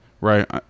right